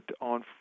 on